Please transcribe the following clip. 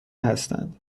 هستند